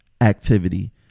activity